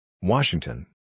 Washington